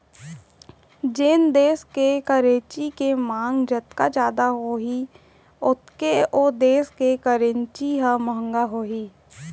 जेन देस के करेंसी के मांग जतका जादा होही ओतके ओ देस के करेंसी ह महंगा होही